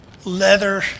Leather